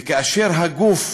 וכאשר הגוף